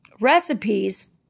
recipes